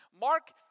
Mark